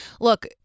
look